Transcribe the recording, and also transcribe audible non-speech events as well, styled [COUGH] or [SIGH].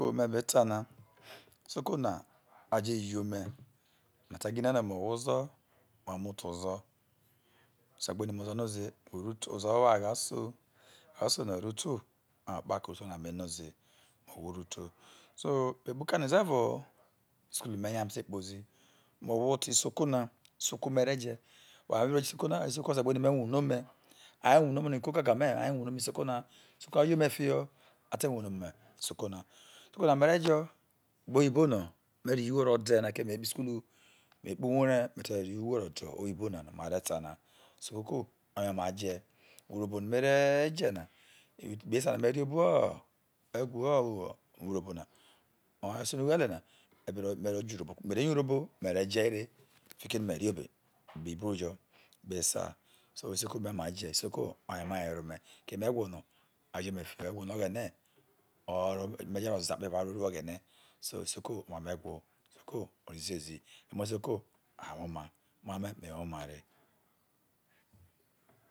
[UNINTELLIGIBLE] mebe te na isoko na aje ye ome meta gine no meyo ohwo ozo me o moto ozo osegbonime ozo a roze ututo ozoro agina isoi ono are sene uruto ozoro agha isoi ono are seno uruto oye ho oro okpako nome noze no zeimeyo ohwo uruto some ukpoho ukane devo ho isukulu mr nya mete kpozi ume ohwo oto isokona isoka mere je oware no mebe ro ta isoko na ha isoko na ose gbonime awuhre omei a wuhre ome isoko na isoko aye ome fiho ate wuhre ome isoko na isokona me re jegbe oyibono merro ughoro dene keme me kpoho isukulu me kpoho huuhre me te mougho rro de oyi bo na ni mere ta na isoko oye ma re je urhobo no me reje na ikpe esa no me vvia obo ewho urhobona oyea rese ughellina mero je urhobona mere yourhoboime rejei re fikino merria obei ikpe buobujo ikpe esa so isoko so ome keme ewho no aye ome fiho ewho no oghene merro zio akpo evao aruoiwo oghene so isoko orro ziezi emo isoko arro wowo ina omame me womare